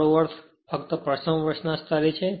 મારો અર્થ ફક્ત પ્રથમ વર્ષના સ્તરે છે